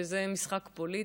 וזה משחק פוליטי,